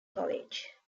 college